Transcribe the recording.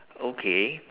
okay